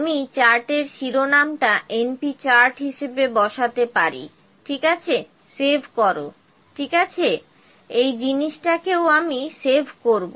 আমি চার্টের শিরোনামটা np চার্ট হিসাবে বসাতে পারি ঠিক আছে সেভ করো ঠিক আছে এই জিনিসটা কেউ আমি সেভ করবো